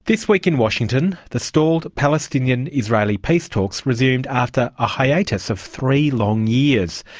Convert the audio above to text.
this week in washington the stalled palestinian-israeli peace talks resumed after a hiatus of three long years.